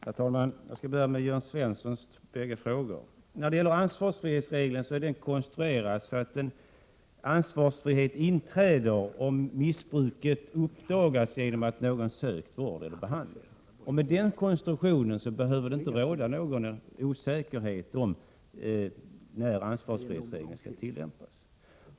Herr talman! Jag skall börja med Jörn Svenssons bägge frågor. Ansvarsfrihetsregeln är konstruerad så, att ansvarsfrihet inträder om missbruket uppdagas genom att någon sökt vård eller behandling. Med den konstruktionen behöver det inte råda någon osäkerhet om när ansvarsfrihetsregeln skall tillämpas.